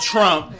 Trump